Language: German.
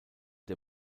der